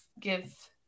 give